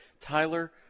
Tyler